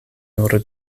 nur